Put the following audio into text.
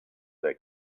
they